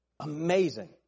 Amazing